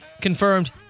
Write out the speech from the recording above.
confirmed